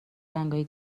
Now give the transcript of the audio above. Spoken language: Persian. رنگای